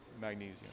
magnesium